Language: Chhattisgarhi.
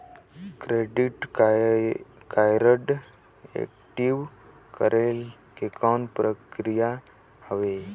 क्रेडिट कारड एक्टिव करे के कौन प्रक्रिया हवे?